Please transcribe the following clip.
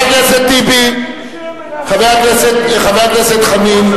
חבר הכנסת חנין.